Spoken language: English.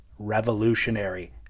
revolutionary